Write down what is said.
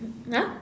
!huh!